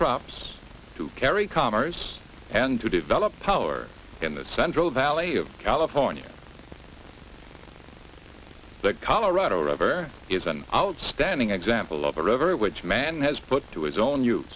crops to carry commerce and to develop power in the central valley of california the colorado river is an outstanding example of a river which man has put through his own